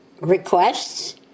requests